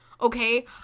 Okay